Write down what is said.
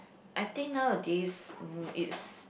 I think nowadays mm it's